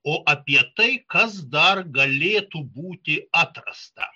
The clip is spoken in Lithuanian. o apie tai kas dar galėtų būti atrasta